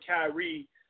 Kyrie